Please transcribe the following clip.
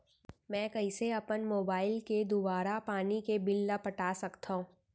मैं कइसे अपन मोबाइल के दुवारा पानी के बिल ल पटा सकथव?